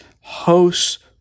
hosts